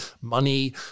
money